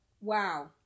Wow